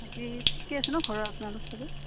বাকী ঠিকে আছে ন ঘৰৰ আপোনালোক চবে